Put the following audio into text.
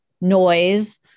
noise